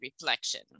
reflection